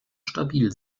stabil